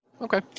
Okay